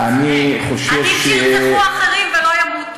עדיף שירצחו אחרים ולא ימותו,